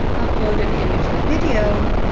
upload an image or video,